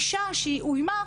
אישה שהיא אוימה.